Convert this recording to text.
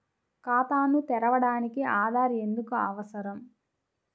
ఖాతాను తెరవడానికి ఆధార్ ఎందుకు అవసరం?